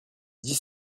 dix